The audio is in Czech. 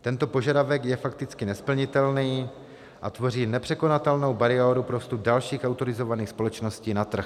Tento požadavek je fakticky nesplnitelný a tvoří nepřekonatelnou bariéru pro vstup dalších autorizovaných společností na trh.